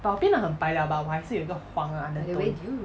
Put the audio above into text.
我变得很白 liao but 我还是有一个黄的 undertone